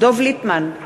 דב ליפמן,